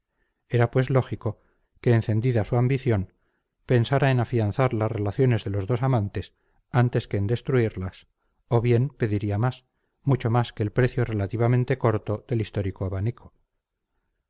era pues lógico que encendida su ambición pensara en afianzar las relaciones de los dos amantes antes que en destruirlas o bien pediría más mucho más que el precio relativamente corto del histórico abanico